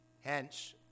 Hence